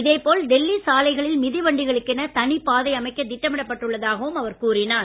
இதே போல் டெல்லி சாலைகளில் மிதி வண்டிகளுக்கென தனி பாதை அமைக்க திட்டமிடப்பட்டுள்ளதாகவும் அவர் கூறினார்